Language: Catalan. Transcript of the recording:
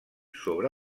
sobre